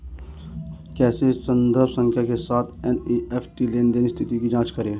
कैसे संदर्भ संख्या के साथ एन.ई.एफ.टी लेनदेन स्थिति की जांच करें?